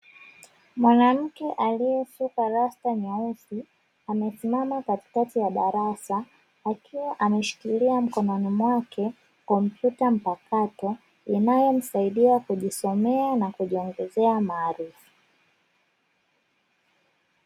Mwanamke aliyesuka rasta nyeusi, amesimama katikati ya darasa akiwa ameshikilia mkononi mwake kompyuta mpakato inayomsaidia kujisomea na kujiongezea maarifa.